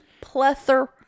Plethora